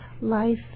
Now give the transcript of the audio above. life